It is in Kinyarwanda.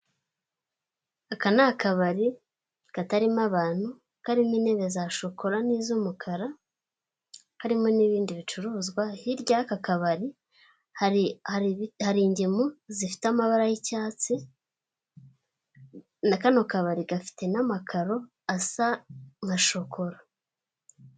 Aka ni akabari katarimo abantu, karimo intebe za shokora n'iz'umukara, harimo n'ibindi bicuruzwa. Hirya yaka kabari hari ingemwe zifite amabara y'icyatsi, na kano kabari gafite n'amakaro asa nka shokora.